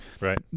Right